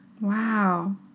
Wow